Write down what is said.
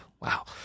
Wow